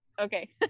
Okay